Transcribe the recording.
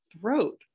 throat